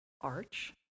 arch